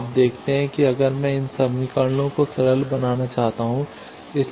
अब आप देखते हैं कि अगर मैं इन समीकरणों को सरल बनाना चाहता हूं